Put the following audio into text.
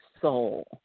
soul